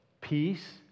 peace